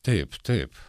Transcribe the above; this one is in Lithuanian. taip taip